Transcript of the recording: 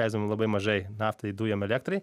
leisdavom labai mažai naftai dujom elektrai